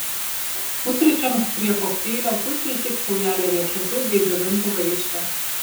pusryčiams prie kokteilio puikiai tiks saujelė riešutų bei džiovintų vaisių